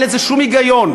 אין בזה שום היגיון.